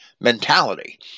mentality